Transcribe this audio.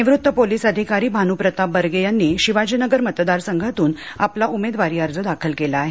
निवृत्त पोलीस अधिकारी भानुप्रताप बर्गे यांनी शिवाजीनगर मतदार संघातून आपला उमेदवारी अर्ज दाखल केला आहे